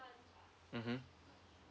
mmhmm